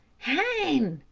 hein!